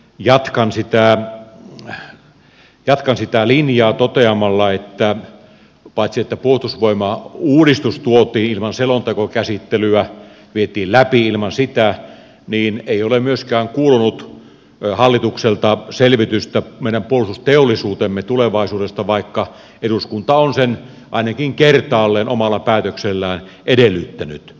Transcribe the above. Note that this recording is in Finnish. jatkan sitä linjaa toteamalla että paitsi että puolustusvoimauudistus tuotiin ilman selontekokäsittelyä vietiin läpi ilman sitä ei ole myöskään kuulunut hallitukselta selvitystä meidän puolustusteollisuutemme tulevaisuudesta vaikka eduskunta on sitä ainakin kertaalleen omalla päätöksellään edellyttänyt